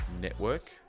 Network